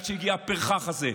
עד שהגיע הפרחח הזה,